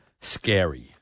Scary